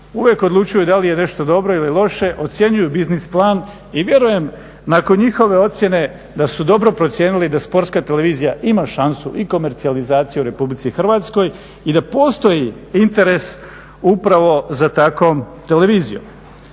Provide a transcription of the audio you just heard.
uvijek odlučuju da li je nešto dobro ili loše, ocjenjuju biznis plan i vjerujem nakon njihove ocjene da su dobro procijenili da sportska televizija ima šansu i komercijalizacije u RH i da postoji interes upravo za takvom televizijom.